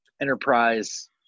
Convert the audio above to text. enterprise